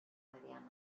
mediana